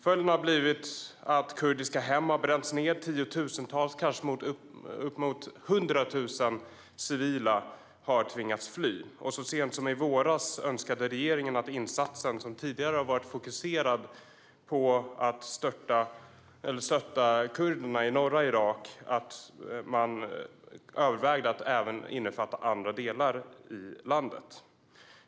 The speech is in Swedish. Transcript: Följden har blivit att kurdiska hem har bränts ned och tiotusentals, kanske upp emot 100 000 civila, har tvingats att fly. Så sent som i våras övervägde regeringen att insatsen som tidigare har varit fokuserad på att stötta kurderna i norra Irak även skulle innefatta andra delar i landet.